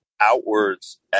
outwards